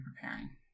preparing